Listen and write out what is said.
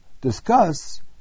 discuss